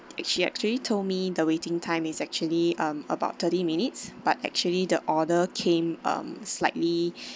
she actually told me the waiting time is actually um about thirty minutes but actually the order came um slightly